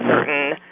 certain